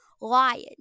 Lion